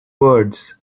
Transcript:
words